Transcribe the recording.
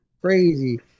crazy